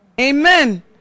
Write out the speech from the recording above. Amen